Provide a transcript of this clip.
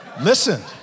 Listen